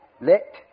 Let